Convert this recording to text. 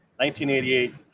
1988